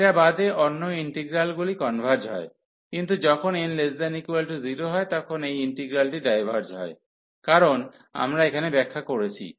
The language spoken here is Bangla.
এটা বাদে অন্য ইন্টিগ্রালগুলি কনভার্জ হয় কিন্তু যখন n≤0 হয় তখন এই ইন্টিগ্রালটি ডাইভার্জ হয় কারনটা আমরা এখানে ব্যাখ্যা করেছি